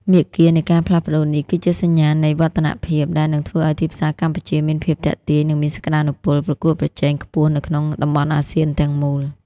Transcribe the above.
មាគ៌ានៃការផ្លាស់ប្តូរនេះ គឺជាសញ្ញាណនៃវឌ្ឍនភាពដែលនឹងធ្វើឱ្យទីផ្សារកម្ពុជាមានភាពទាក់ទាញ និងមានសក្ដានុពលប្រកួតប្រជែងខ្ពស់នៅក្នុងតំបន់អាស៊ានទាំងមូល។